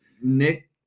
Nick